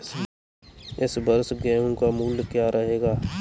इस वर्ष गेहूँ का मूल्य क्या रहेगा?